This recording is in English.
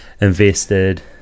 invested